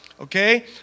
Okay